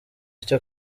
icyo